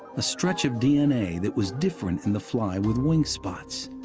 a stretch of d n a. that was different in the fly with wing spots.